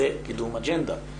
זה קידום אג'נדה.